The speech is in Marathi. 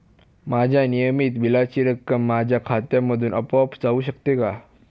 माझ्या नियमित बिलाची रक्कम माझ्या खात्यामधून आपोआप जाऊ शकते का?